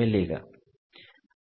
मिलेगा